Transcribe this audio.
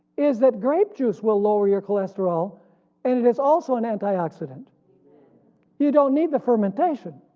is that grape juice will lower your cholesterol and it is also an antioxidant you don't need the fermentation.